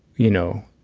you know,